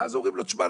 ואז אומר לו "תשמע,